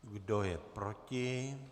Kdo je proti?